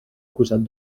acusat